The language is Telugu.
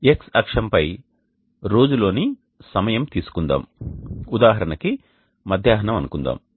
X అక్షం పై రోజు లోని సమయం తీసుకుందాం ఉదాహరణకి మధ్యాహ్నం అనుకుందాం